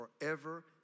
forever